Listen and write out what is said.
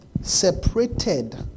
separated